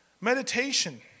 Meditation